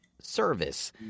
service